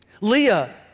Leah